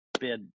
bid